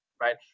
right